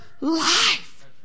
life